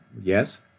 yes